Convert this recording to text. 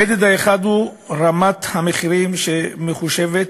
המדד האחד הוא רמת המחירים שמחושבת